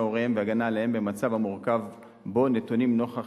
הוריהם והגנה עליהם במצב המורכב שבו הם נתונים נוכח